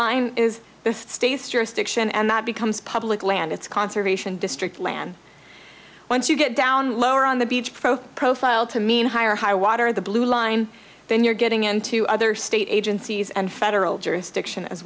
stiction and that becomes public land it's conservation district land once you get down lower on the beach pro profile to mean higher high water the blue line then you're getting into other state agencies and federal jurisdiction as